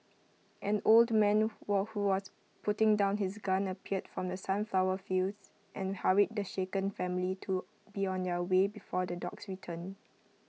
an old man who was putting down his gun appeared from the sunflower fields and hurried the shaken family to be on their way before the dogs return